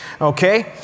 okay